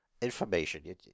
information